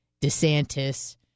DeSantis